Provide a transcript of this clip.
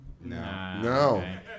No